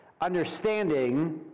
understanding